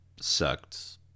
sucked